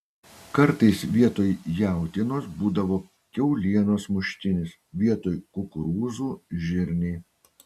kartais vietoj jautienos būdavo kiaulienos muštinis vietoj kukurūzų žirniai